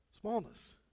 smallness